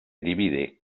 divide